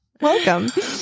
Welcome